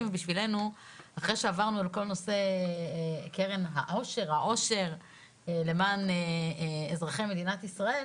ובשבילנו אחרי שעברנו על כל נושא קרן העושר למען אזרחי מדינת ישראל,